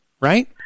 Right